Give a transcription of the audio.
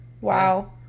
Wow